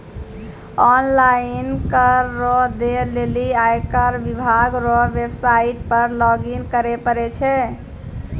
online कर रो दै लेली आयकर विभाग रो वेवसाईट पर लॉगइन करै परै छै